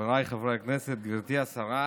חבריי חברי הכנסת, גברתי השרה,